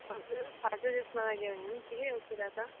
हजुर फाल्टो ड्रेसमा लग्यो भने नि ठिकै हो कुरा त